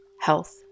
health